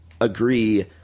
agree